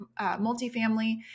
multifamily